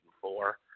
four